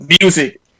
Music